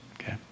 Okay